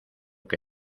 que